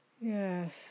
Yes